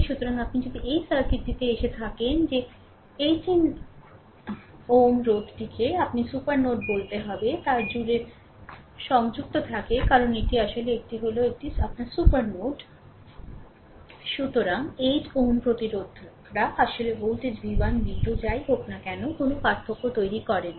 সুতরাং আপনি যদি এই সার্কিটটিতে এসে থাকেন যে 1 8 Ω রোধকারীটি আপনাকে যে সুপার নোড বলতে হবে তার জুড়ে সংযুক্ত থাকে কারণ এটি আসলে এটি হল এটি আসলে আপনার সুপার নোড সুতরাং 8 Ω প্রতিরোধকরা আসলে ভোল্টেজ v1 v2 যাই হোক না কেন কোনও পার্থক্য তৈরি করে না